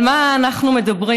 על מה אנחנו מדברים?